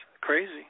Crazy